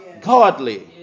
godly